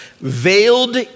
veiled